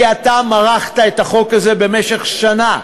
כי אתה מרחת את החוק הזה במשך שנה,